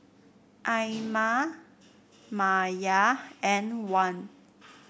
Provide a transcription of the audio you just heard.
Aina Maya and Wan